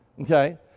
okay